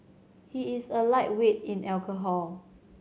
he is a lightweight in alcohol